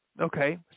Okay